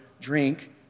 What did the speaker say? drink